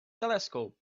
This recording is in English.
telescope